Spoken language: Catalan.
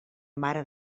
mare